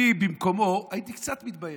אני במקומו הייתי קצת מתבייש.